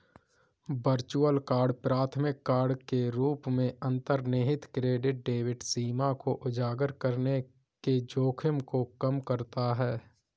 virtual card प्राथमिक card के रूप में अंतर्निहित क्रेडिट डेबिट सीमा को उजागर करने के जोखिम को कम करता है